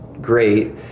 great